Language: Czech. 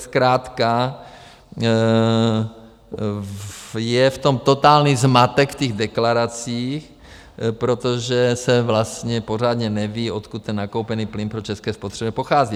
Zkrátka je v tom totální zmatek, v těch deklaracích, protože se vlastně pořádně neví, odkud ten nakoupený plyn pro české spotřebitele pochází.